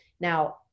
Now